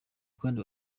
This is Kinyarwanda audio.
kane